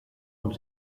und